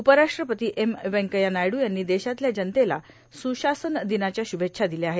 उपराष्ट्रपती एम व्यंकऱ्या नायडू यांनी देशातल्या जनतेला सुशासन र्दिनाच्या शुभेच्छा र्दिल्या आहेत